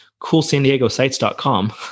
CoolSanDiegoSites.com